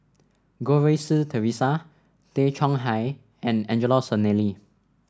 Goh Rui Si Theresa Tay Chong Hai and Angelo Sanelli